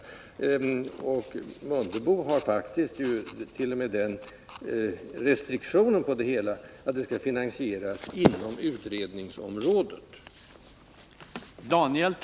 Ingemar Mundebo har faktiskt t.o.m. den restriktionen att förslagen skall finansieras inom utredningsområdet.